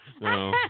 No